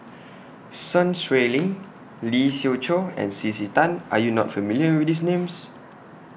Sun Xueling Lee Siew Choh and C C Tan Are YOU not familiar with These Names